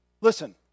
Listen